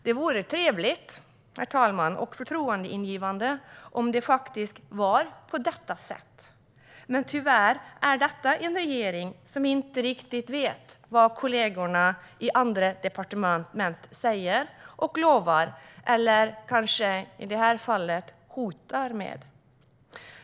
Det vore trevligt och förtroendeingivande om det faktiskt var på detta sätt. Men tyvärr är detta en regering där statsråden inte riktigt vet vad kollegorna i andra departement säger och lovar - eller kanske hotar med, i det här fallet.